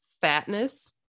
fatness